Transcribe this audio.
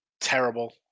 Terrible